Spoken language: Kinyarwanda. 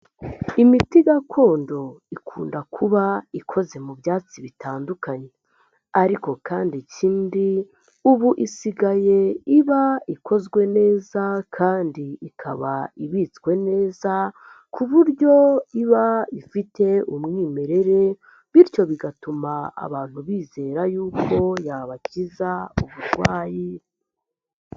Imiti gakondo ikunda kuba ikoze mu byatsi bitandukanye, ariko kandi ikindi ubu isigaye iba ikozwe neza kandi ikaba ibitswe neza, ku buryo iba ifite umwimerere, bityo bigatuma abantu bizera yuko yabakiza uburwayi.